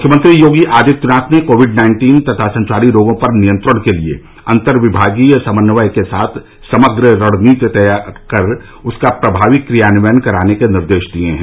मुख्यमंत्री योगी आदित्यनाथ ने covid nineteen तथा संचारी रोगों पर नियंत्रण के लिए अंतर्विभागीय समन्वय के साथ समग्र रणनीति तैयार कर उसका प्रभावी क्रियान्वयन कराने के निर्देश दिए हैं